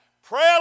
prayer